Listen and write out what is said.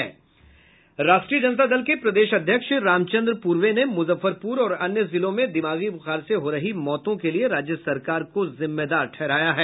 राष्ट्रीय जनता दल के प्रदेश अध्यक्ष रामचंद्र पूर्वे ने मुजफ्फरपुर और अन्य जिलों में दिमागी बुखार से हो रही मौतों के लिए राज्य सरकार को जिम्मेदार ठहराया है